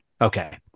Okay